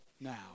now